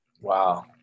wow